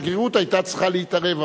השגרירות היתה צריכה להתערב.